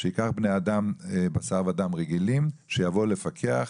שייקח בני אדם בשר ודם, רגילים, שיבואו לפקח.